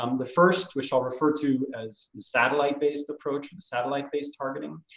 um the first, which i'll refer to as the satellite based approach and satellite based targeting.